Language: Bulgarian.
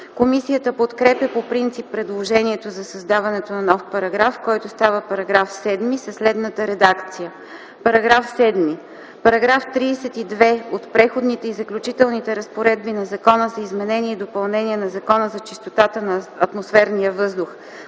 Комисията подкрепя по принцип предложението за създаването на нов параграф, който става § 7 със следната редакция: „§ 7. Параграф 32 от Преходните и заключителните разпоредби на Закона за изменение и допълнение на Закона за чистота на атмосферния въздух